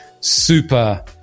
super